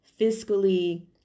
fiscally